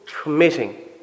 committing